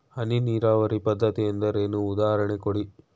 ಹನಿ ನೀರಾವರಿ ಪದ್ಧತಿ ಎಂದರೇನು, ಉದಾಹರಣೆ ಕೊಡಿ?